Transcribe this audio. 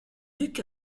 duc